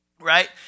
right